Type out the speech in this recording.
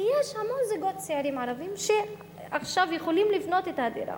ויש המון זוגות צעירים ערבים שעכשיו יכולים לבנות את הדירה.